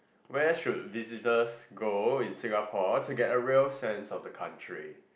where should visitors go in Singapore to get a real sense of the country